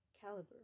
caliber